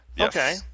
Okay